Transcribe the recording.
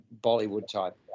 Bollywood-type